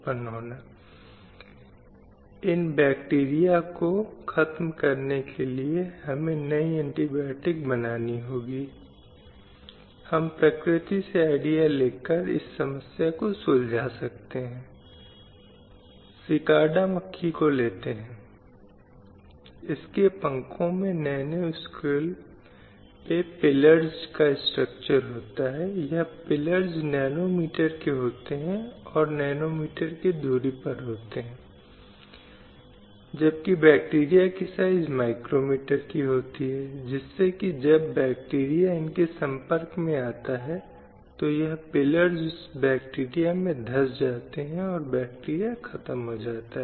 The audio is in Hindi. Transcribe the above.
और न्यायिक सेटअप में महिलाओं का प्रतिनिधित्व समान रूप से दयनीय है पिछले 50 से भी अधिक वर्षों में बहुत थोड़ी न्यायाधीश महिलाएं हैं और दूसरी हैं इसलिए यह 30 में से सिर्फ 2 हैं या 609 में से 58 हैं इसलिए ये इनमें से कुछ आँकड़े हैं जो महिलाओं और समाज में हीन स्थिति को दर्शाने के लिए चलते हैं और इसलिए आप जानते हैं कि स्वतंत्रता और 1950 के बाद भी जब हमारे पास भारतीय संविधान था जिसने समानता स्वतंत्रता न्याय के सिद्धांतों की स्थापना की थी वर्षों से समानता की अवधारणा अभी भी दूर का सपना है